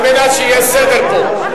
רבותי, רבותי, על מנת שיהיה סדר פה,